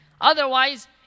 Otherwise